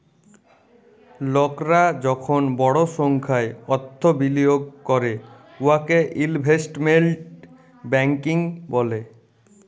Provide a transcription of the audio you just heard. লকরা যখল বড় সংখ্যায় অথ্থ বিলিয়গ ক্যরে উয়াকে ইলভেস্টমেল্ট ব্যাংকিং ব্যলে